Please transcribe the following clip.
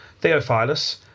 Theophilus